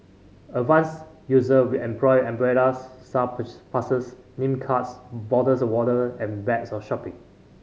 advanced user will employ umbrellas staff passes name cards bottles of water and bags of shopping